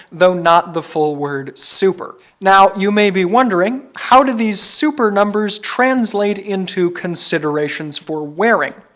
though not the full word super. now you may be wondering, how do these super numbers translate into considerations for wearing?